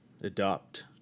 adopt